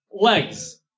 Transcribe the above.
Legs